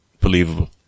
believable